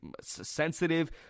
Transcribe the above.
sensitive